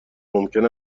ممکن